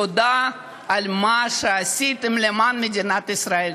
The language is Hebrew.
תודה על מה שעשיתם למען מדינת ישראל.